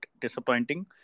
disappointing